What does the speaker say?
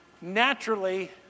naturally